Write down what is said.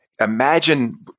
Imagine